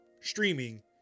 streaming